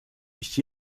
mich